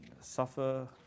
suffer